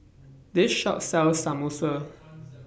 This Shop sells Samosa